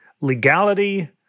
legality